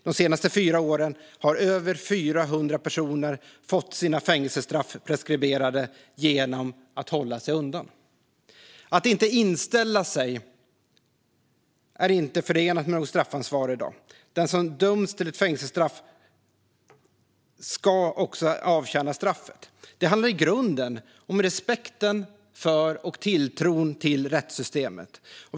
De senaste fyra åren har över 400 personer fått sina fängelsestraff preskriberade genom att hålla sig undan. Att inte inställa sig är i dag inte förenat med något straffansvar. Den som döms till ett fängelsestraff ska också avtjäna straffet. Det handlar i grunden om respekten för och tilltron till rättssystemet.